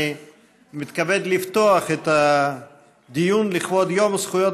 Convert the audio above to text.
אני מתכבד לפתוח את הדיון לכבוד יום זכויות